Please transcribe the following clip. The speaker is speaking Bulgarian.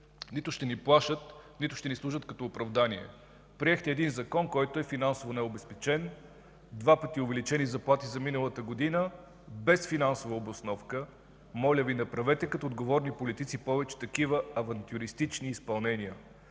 нито ще ни уплашат, нито ще служат като оправдание. Приехте закон, който е финансово необезпечен – два пъти увеличени заплати за миналата година, но без финансова обосновка. Моля Ви, не правете, като отговорни политици, повече такива авантюристични изпълнения,